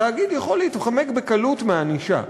תאגיד יכול להתחמק בקלות מענישה,